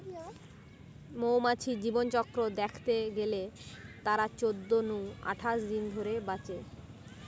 মৌমাছির জীবনচক্র দ্যাখতে গেলে তারা চোদ্দ নু আঠাশ দিন ধরে বাঁচে